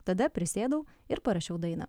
tada prisėdau ir parašiau dainą